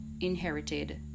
inherited